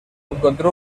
encontró